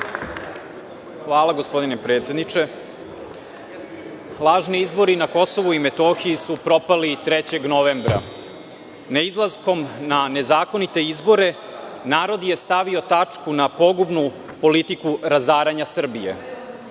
Hvala, gospodine predsedniče. Lažni izbori na Kosovu i Metohiji su propali 3. novembra. Neizlaskom na nezakonite izbore narod je stavio tačku na pogubnu politiku razaranja Srbije. Narodna